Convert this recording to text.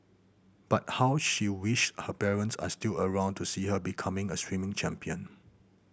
but how she wished her parents are still around to see her becoming a swimming champion